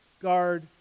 guard